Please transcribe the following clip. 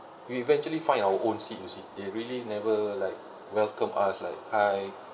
we eventually find our own seat you see they really never like welcome us like hi